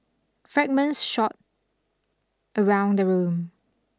fragments shot around the room